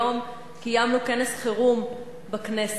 היום קיימנו כנס חירום בכנסת,